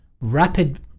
Rapid